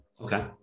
Okay